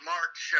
March